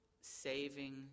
saving